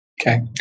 Okay